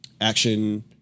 action